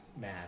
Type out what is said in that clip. mad